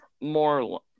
more